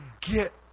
get